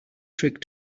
trick